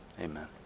amen